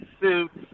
suits